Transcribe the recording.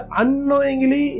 unknowingly